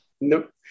Nope